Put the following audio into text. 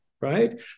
right